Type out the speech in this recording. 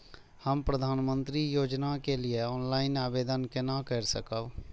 हम प्रधानमंत्री योजना के लिए ऑनलाइन आवेदन केना कर सकब?